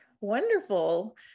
Wonderful